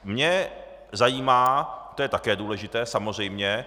Mě zajímá to je také důležité, samozřejmě.